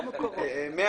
100